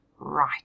Right